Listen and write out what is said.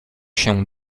się